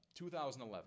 2011